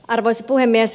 arvoisa puhemies